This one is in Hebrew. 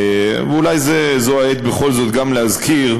אולי זו העת בכל זאת גם להזכיר,